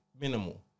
minimal